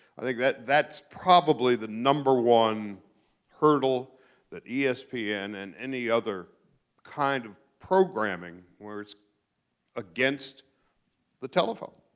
i think that that's probably the number one hurdle that yeah espn and any other kind of programming where it's against the telephone.